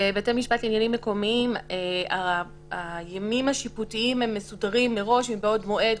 בבתי משפט לעניינים מקומיים הימים השיפוטיים מסודרים מראש מבעוד מועד.